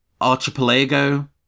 Archipelago